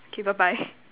K bye bye